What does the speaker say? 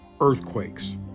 earthquakes